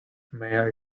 may